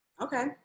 Okay